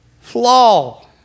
flaw